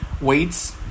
weights